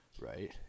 right